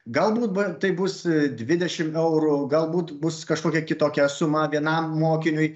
galbūt tai bus dvidešimt eurų galbūt bus kažkokia kitokia suma vienam mokiniui